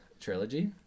trilogy